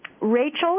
Rachel